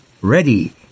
ready